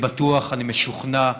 אני בטוח, אני משוכנע,